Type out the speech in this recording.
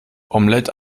omelette